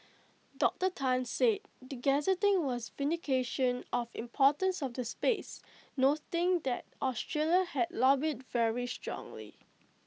Doctor Tan said the gazetting was vindication of importance of the space noting that Australia had lobbied very strongly